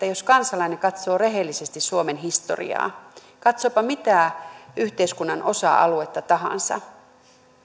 jos kansalainen katsoo rehellisesti suomen historiaa katsoopa mitä yhteiskunnan osa aluetta tahansa